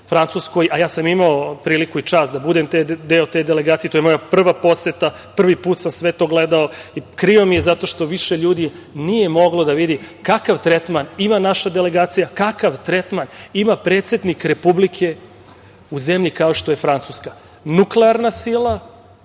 Francuskoj, a ja sam imao priliku i čast da budem deo te delegacije. To je moja prva poseta. Prvi put sam sve to gledao i krivo mi je zato što više ljudi nije moglo da vidi kakav tretman ima naša delegacija, kakav tretman ima predsednik Republike u zemlji kao što je Francuska - nuklearna sila,